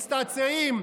מצטעצעים.